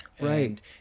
Right